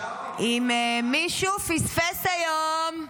אם מישהו פספס היום,